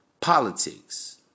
politics